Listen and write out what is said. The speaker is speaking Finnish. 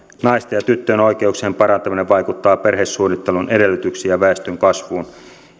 naisten ja tyttöjen oikeuksien parantaminen vaikuttaa perhesuunnittelun edellytyksiin ja väestönkasvuun